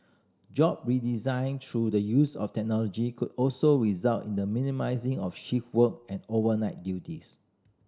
job redesign through the use of technology could also result in the minimising of shift work and overnight duties